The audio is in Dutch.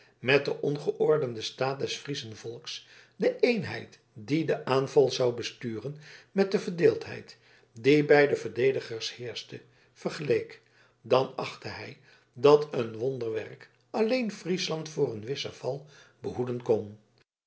met den ongeordenden staat des frieschen volks de éénheid die den aanval zou besturen met de verdeeldheid die bij de verdedigers heerschte vergeleek dan achtte hij dat een wonderwerk alleen friesland voor een wissen val behoeden kon